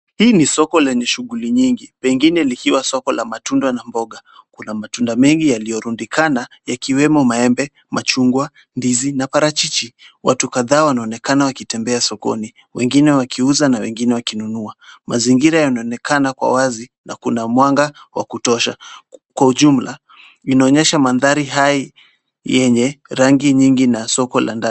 Hii ni soko lenye shughuli nyingi pengine likiwa soko la matunda na mboga. Kuna matunda mengi yaliyorundikana yakiwemo maembe, machungwa, ndizi na parachichi. Watu kadhaa wanaonekana wakitembea sokoni; wengine wakiuza na wengine wakinunua. Mazingira yanaonekana kwa wazi na kuna mwanga wa kutosha. Kwa ujumla inaonyesha mandhari hai yenye rangi nyingi na soko la ndani.